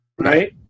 right